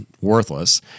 worthless